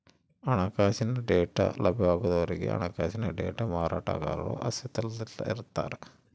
ಹಣಕಾಸಿನ ಡೇಟಾ ಲಭ್ಯವಾಗುವವರೆಗೆ ಹಣಕಾಸಿನ ಡೇಟಾ ಮಾರಾಟಗಾರರು ಅಸ್ತಿತ್ವದಲ್ಲಿರ್ತಾರ